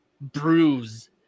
bruise